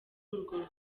urwo